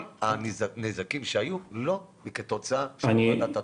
כל הנזקים שהיו הם לא כתוצאה מהורדת התוכנה.